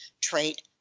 trait